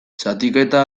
zatiketa